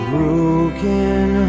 Broken